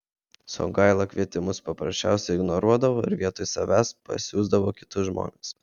songaila kvietimus paprasčiausiai ignoruodavo ir vietoj savęs pasiųsdavo kitus žmones